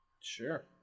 Sure